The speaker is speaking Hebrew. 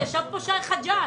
ישב פה שי חג'ג'.